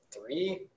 three